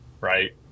Right